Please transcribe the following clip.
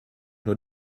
nur